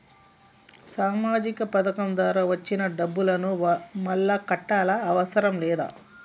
సామాజిక పథకం ద్వారా వచ్చిన డబ్బును మళ్ళా కట్టాలా అవసరం లేదా?